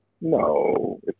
no